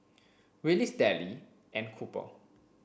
Willis Dellie and Cooper